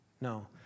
No